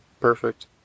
perfect